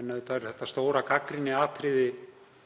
En auðvitað er stóra gagnrýniatriði